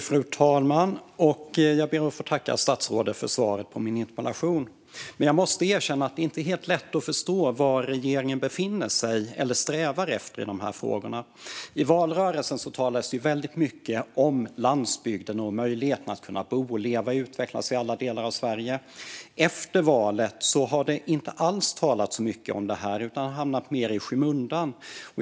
Fru talman! Jag ber att få tacka statsrådet för svaret på min interpellation. Jag måste erkänna att det inte är helt lätt att förstå var regeringen befinner sig eller vad regeringen strävar efter i frågorna. I valrörelsen talades det mycket om landsbygden och möjligheterna att bo, leva och utvecklas i alla delar av Sverige. Efter valet har det inte alls talats mycket om detta, utan det har hamnat mer i skymundan.